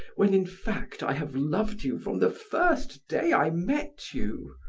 when in fact i have loved you from the first day i met you.